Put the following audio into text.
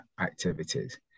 activities